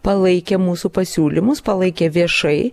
palaikė mūsų pasiūlymus palaikė viešai